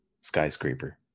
skyscraper